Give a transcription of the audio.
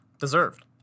deserved